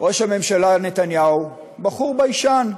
ראש הממשלה נתניהו בחור ביישן,